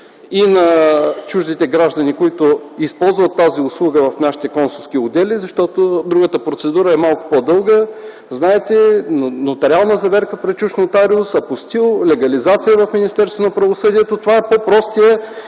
и на чуждите граждани, които използват тази услуга в нашите консулски отдели, защото другата процедура е малко по-дълга. Знаете, нотариална заверка пред чужд нотариус, апостил, легализация в Министерството